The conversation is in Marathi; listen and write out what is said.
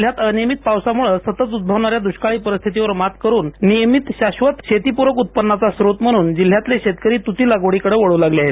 जिल्हयात अनियमित पावसामुळसितत उद्भवणा या दुष्काळी परिस्थितीवर मात करून नियमित शाक्षत शेतीपूरक उत्पन्नाचा स्ञोत म्हणून जिल्हयातले शेतकरीतृती लागवडीकडे वळू लागले आहेत